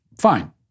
fine